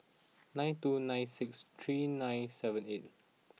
nine two nine six three nine seven eight